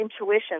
intuition